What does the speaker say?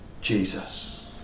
Jesus